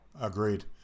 Agreed